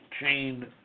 chain